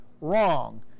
wrong